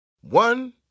One